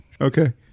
okay